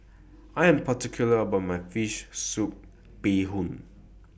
I Am particular about My Fish Soup Bee Hoon